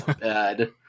bad